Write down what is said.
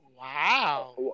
Wow